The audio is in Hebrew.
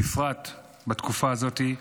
בפרט בתקופה הזאת,